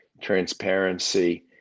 transparency